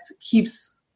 keeps